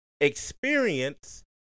experience